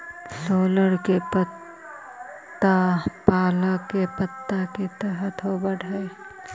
सोरल के पत्ता पालक के पत्ता के तरह होवऽ हई